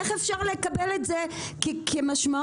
איך אפשר לקבל את זה כי כמשמעו?